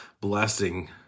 blessing